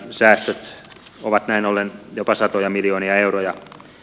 säästöt ovat näin ollen jopa satoja miljoonia euroja